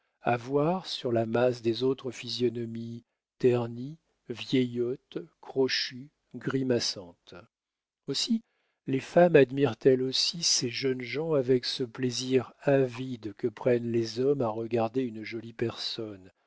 voir sur la masse des autres physionomies ternies vieillottes crochues grimaçantes aussi les femmes admirent elles aussitôt ces jeunes gens avec ce plaisir avide que prennent les hommes à regarder une jolie personne